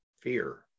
fear